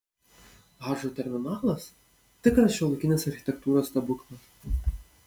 hadžo terminalas tikras šiuolaikinės architektūros stebuklas